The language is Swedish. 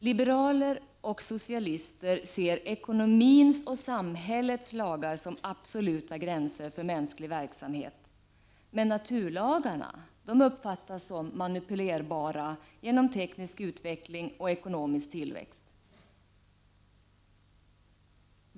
Liberaler och socialister ser ekonomins och samhällets lagar som absoluta gränser för mänsklig verksamhet, men naturlagarna uppfattas som manipulerbara genom teknisk utveckling och ekonomisk tillväxt.